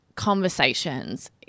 conversations